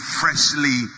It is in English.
freshly